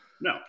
no